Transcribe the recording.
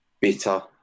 bitter